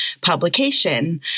publication